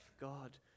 God